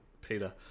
Peter